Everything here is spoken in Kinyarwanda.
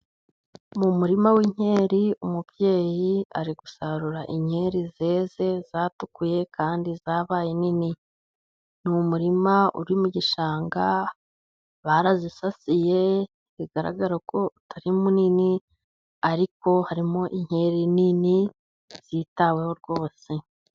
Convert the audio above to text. Mu murima w'inkeri, umubyeyi ari gusarura inkeri zeze zatukuye, kandi zabaye nini, ni umurima uri mu gishanga, barazisasiye bigaragara ko utari munini, ariko harimo inkeri nini zitaweho rwose.